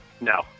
No